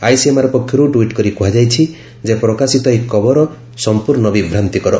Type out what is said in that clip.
ICMR ପକ୍ଷରୁ tweet କରି କୁହାଯାଇଛି ଯେ ପ୍ରକାଶିତ ଏହି ଖବର ସମ୍ପୂର୍ଣ୍ଣ ବିଭ୍ରାନ୍ତିକର